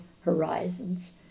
horizons